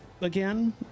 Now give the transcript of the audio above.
again